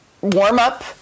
warm-up